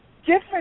different